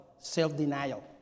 Self-denial